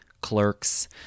clerks